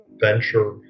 venture